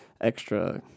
extra